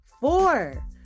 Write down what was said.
four